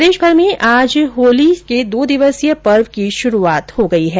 प्रदेशभर में आज आज से होली के दो दिवसीय पर्व की शुरूआत हो गई है